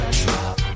drop